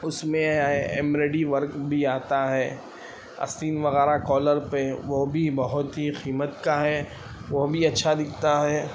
اس میں embroidery work بھی آتا ہے آستین وغیرہ کالر پہ وہ بھی بہت ہی قیمت کا ہے وہ بھی اچھا دکھتا ہے